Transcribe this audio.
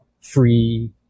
free